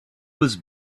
was